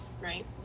Right